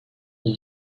with